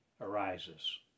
arises